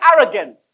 arrogant